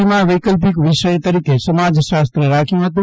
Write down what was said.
સીમાં વૈકલ્પિક વિષય તરીકે સમાજશાસ્ત્ર રાખ્યુ હતું